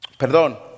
Perdón